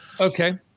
Okay